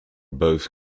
both